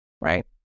right